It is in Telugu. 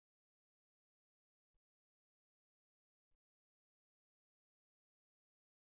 కాబట్టి మీరు ఈ పాయింట్ దాటడానికి ఈ మొత్తం మార్గంలో వెళ్ళవలసిన అవసరం లేదు ఈ పాయింట్ ని దాటడం కూడా మీరు దాటిన ఈ సర్కిల్లో ఎక్కడైనా ఆమోదయోగ్యమైనది